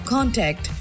Contact